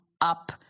up